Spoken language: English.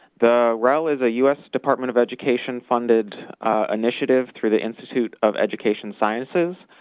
the rel is a u s. department of education funded initiative through the institute of education sciences.